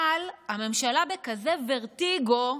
אבל הממשלה בכזה ורטיגו,